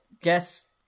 Guess